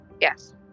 Yes